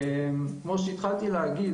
כמו שהתחלתי להגיד,